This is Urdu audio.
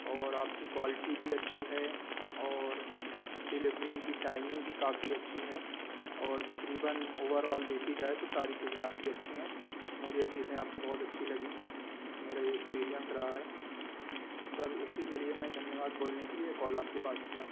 اور آپ کی کوالٹی بھی اچھی ہے اور ڈیلیوری کی ٹائمںگ بھی كافی اچھی ہے اور تقریباً اوور آل دیكھی جائے تو ساری چیزیں آپ کی اچھی ہیں مجھے یہ چیزیں آپ بہت اچھی لگیں میرا یہ ایکسپیرئنس رہا ہے سر اسی کے لیے میں دھنیہ واد بولنے کے لیے کال آپ کے پاس کیا